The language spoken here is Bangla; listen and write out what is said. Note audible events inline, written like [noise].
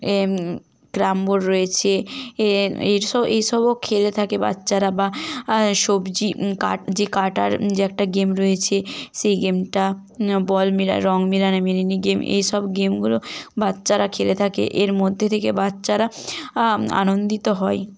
[unintelligible] ক্রাম বোর্ড রয়েছে সব এইসবও খেলে থাকে বাচ্চারা বা সবজি কাট যে কাটার যে একটা গেম রয়েছে সেই গেমটা বল মেলা রং মেলানে মেলেনি গেম এইসব গেমগুলো বাচ্চারা খেলে থাকে এর মধ্যে থেকে বাচ্চারা আনন্দিত হয়